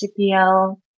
CPL